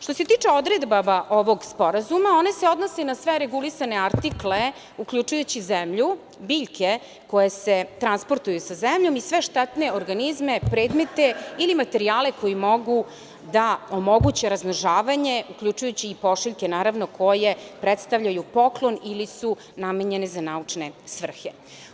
Što se tiče odredaba ovog sporazuma one se odnose na sve regulisane artikle, uključujući zemlju, biljke koje se transportuju sa zemljom i sve štetne organizme, predmete ili materijale koji mogu da omoguće razmnožavanje, uključujući i pošiljke naravno koje predstavljaju poklon ili su namenjene za naučne svrhe.